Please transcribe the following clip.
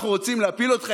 אנחנו רוצים להפיל אותך,